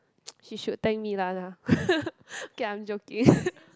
she should thank me lah lah okay I am joking